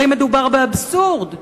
הרי מדובר באבסורד.